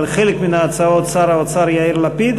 על חלק מההצעות שר האוצר יאיר לפיד,